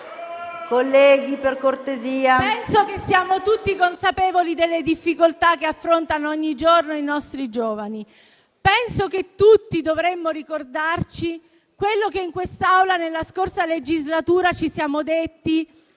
Colleghi, per cortesia. PIRRO *(M5S)*. Penso che siamo tutti consapevoli delle difficoltà che affrontano ogni giorno i nostri giovani. Penso che tutti dovremmo ricordarci quello che in quest'Aula, nella scorsa legislatura, ci siamo detti